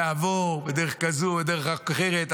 יעבור, בדרך כזו או דרך אחרת.